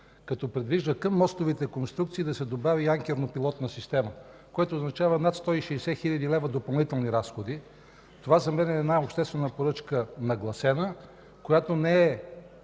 като предвижда към мостовите конструкции да се добави и анкернопилотна система, което означава над 160 хил. лв. допълнителни разходи. Това за мен е една обществена поръчка – нагласена, при която не е